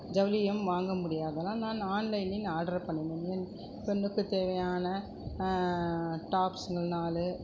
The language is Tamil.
ஜவுளியும் வாங்க முடியாததனால் நான் ஆன்லைனில் ஆட்ரு பண்ணினேன் என் பொண்ணுக்கு தேவையான டாப்ஸ்சு நாலு